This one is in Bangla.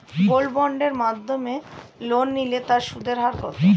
গোল্ড বন্ডের মাধ্যমে লোন নিলে তার সুদের হার কত?